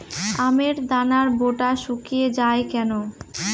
আমের দানার বোঁটা শুকিয়ে য়ায় কেন?